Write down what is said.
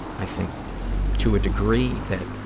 i think to a degree that